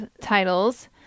titles